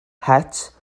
het